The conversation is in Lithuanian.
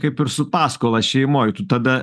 kaip ir su paskola šeimoj tu tada